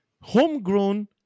Homegrown